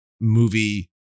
movie